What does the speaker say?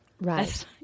Right